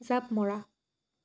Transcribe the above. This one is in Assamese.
জাপ মৰা